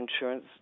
insurance